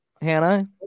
Hannah